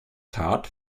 tat